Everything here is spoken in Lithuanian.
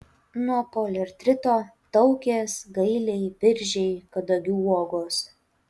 nuo poliartrito taukės gailiai viržiai kadagių uogos